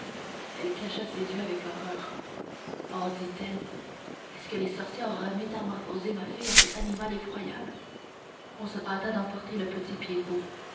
elle cacha ses yeux avec horreur oh dit-elle est-ce que les sorcières auraient métamorphosé ma fille en cet animal effroyable on se hâta d'emporter le petit